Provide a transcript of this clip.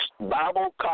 Bible